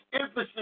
emphasis